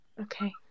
Okay